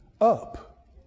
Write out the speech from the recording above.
up